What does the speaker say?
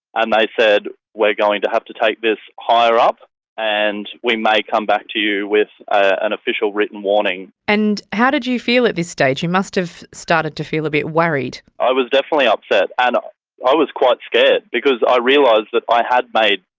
said we're going to have to take this higher up and we may come back to you with an official written warning. and how did you feel at this stage? you must have started to feel a bit worried. i was definitely upset and ah i was quite scared because i realised that i had made,